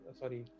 sorry